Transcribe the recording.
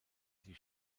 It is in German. die